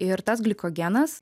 ir tas glikogenas